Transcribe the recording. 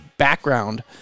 Background